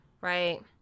right